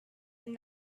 and